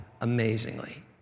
amazingly